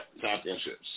championships